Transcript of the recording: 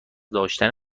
داشتن